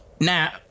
Now